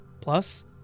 Plus